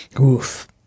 oof